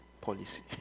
policy